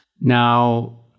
Now